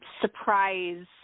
surprise